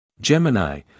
Gemini